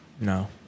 No